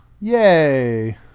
yay